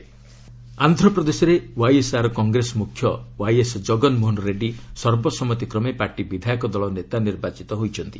Andhra YSR CP ଆନ୍ଧ୍ରପ୍ରଦେଶରେ YSR Congress ମୁଖ୍ୟ YS Jaganmohan Reddy ସର୍ବସମ୍ମତିକ୍ରମେ ପାର୍ଟି ବିଧାୟକ ଦଳ ନେତା ନିର୍ବାଚିତ ହୋଇଛନ୍ତି